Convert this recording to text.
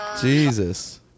Jesus